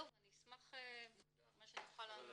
אני אשמח במה שאוכל לעזור.